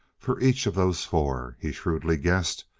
for each of those four, he shrewdly guessed,